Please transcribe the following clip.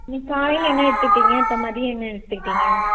இன்றைக்கி காலையில் என்ன எடுத்துக்கிட்டிங்க இப்போ மதியம் என்ன எடுத்துக்கிட்டிங்க